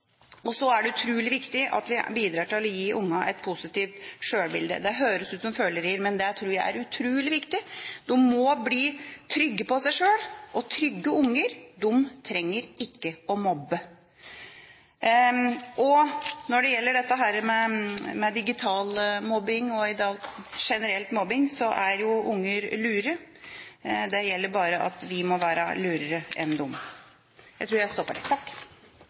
Så er det utrolig viktig at vi bidrar til å gi ungene et positivt sjølbilde. Det høres ut som følerier, men det tror jeg er utrolig viktig. De må bli trygge på seg sjøl, og trygge unger trenger ikke å mobbe. Når det gjelder dette med digital mobbing og mobbing generelt, er unger lure. Det gjelder bare at vi må være lurere enn dem. – Jeg tror jeg stopper